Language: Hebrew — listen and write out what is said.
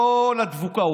כל הדבוקה.